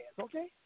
okay